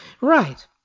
Right